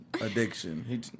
addiction